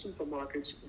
supermarkets